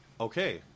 Okay